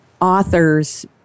authors